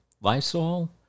Lysol